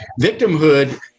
victimhood